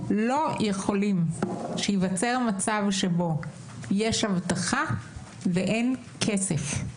לא יכולים שייווצר מצב שבו יש הבטחה ואין כסף.